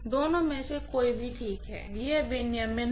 दोनों में से कोई भी ठीक है यह रेगुलेशन है